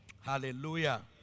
Hallelujah